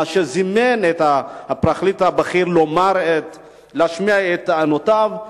שזימן את הפרקליט הבכיר להשמיע את טענותיו,